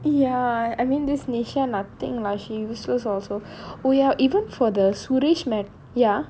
ya I mean this nisha nothing lah she useless also oh ya even for the suresh matt~ ya